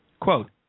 Quote